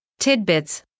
tidbits